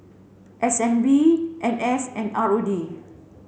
S N B N S and R O D